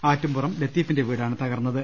ആറ്റുപുറം ലത്തീഫിന്റെ വീടാണ് തകർന്നത്